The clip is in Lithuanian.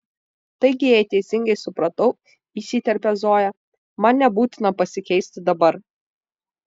taigi jei teisingai supratau įsiterpia zoja man nebūtina pasikeisti dabar